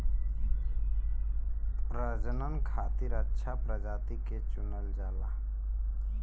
प्रजनन खातिर अच्छा प्रजाति के चुनल जाला